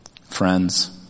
friends